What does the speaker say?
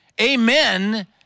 Amen